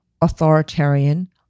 authoritarian